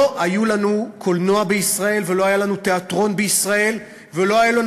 לא היה לנו קולנוע בישראל ולא היה לנו תיאטרון בישראל ולא היו לנו